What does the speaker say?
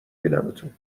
بینمتون